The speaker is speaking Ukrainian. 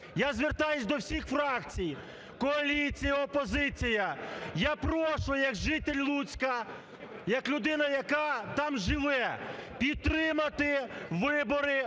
я звертаюсь до всіх фракцій: коаліція, опозиція – я прошу як житель Луцька, як людина, яка там живе, підтримати вибори